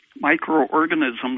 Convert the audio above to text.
microorganisms